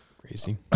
Crazy